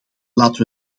laten